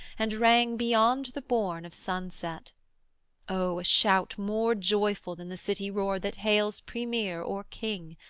and rang beyond the bourn of sunset o, a shout more joyful than the city-roar that hails premier or king!